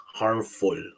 harmful